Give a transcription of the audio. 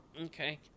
Okay